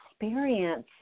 experience